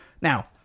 Now